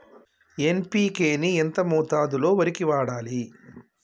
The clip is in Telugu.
ఎన్.పి.కే ని ఎంత మోతాదులో వరికి వాడాలి?